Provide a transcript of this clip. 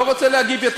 לא רוצה להגיב יותר.